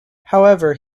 however